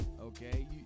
okay